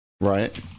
Right